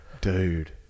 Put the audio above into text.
dude